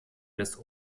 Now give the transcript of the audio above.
des